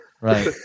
Right